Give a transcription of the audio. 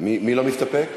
מי לא מסתפק?